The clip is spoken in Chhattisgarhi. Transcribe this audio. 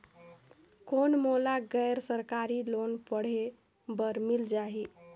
कौन मोला गैर सरकारी लोन पढ़े बर मिल जाहि?